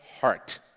heart